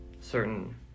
certain